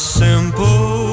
simple